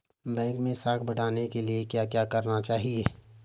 Bank मैं साख बढ़ाने के लिए क्या क्या करना चाहिए?